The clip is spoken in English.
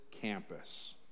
campus